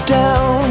down